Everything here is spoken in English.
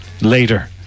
later